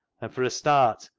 and, for a start,